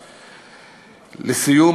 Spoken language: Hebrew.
לסיום,